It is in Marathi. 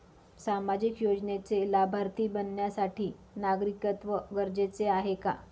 सामाजिक योजनेचे लाभार्थी बनण्यासाठी नागरिकत्व गरजेचे आहे का?